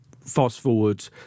fast-forward